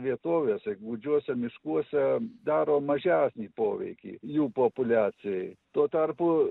vietovėse gūdžiuose miškuose daro mažesnį poveikį jų populiacijai tuo tarpu